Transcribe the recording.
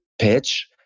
pitch